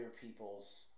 people's